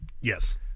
Yes